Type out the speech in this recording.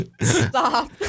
Stop